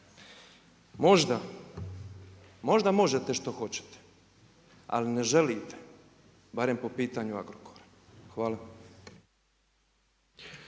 Možda, možda možete što hoćete ali ne želite, barem po pitanju Agrokora. Hvala.